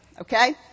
Okay